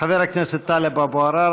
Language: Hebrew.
חבר הכנסת טלב אבו עראר,